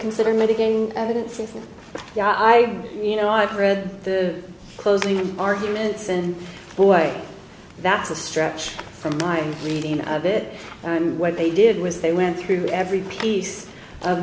consider mitigating evidence and yeah i you know i've read the closing arguments and boy that's a stretch from my reading of it what they did was they went through every piece of